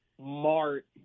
Mart